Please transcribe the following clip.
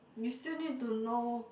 you still need to know